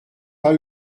pas